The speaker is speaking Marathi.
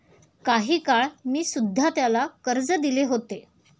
काही काळ मी सुध्धा त्याला कर्ज दिले होते